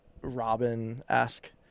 Robin-esque